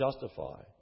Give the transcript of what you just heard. justify